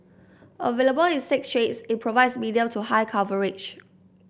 available in six shades it provides medium to high coverage